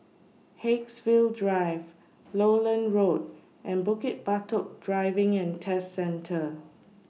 Haigsville Drive Lowland Road and Bukit Batok Driving and Test Centre